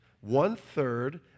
One-third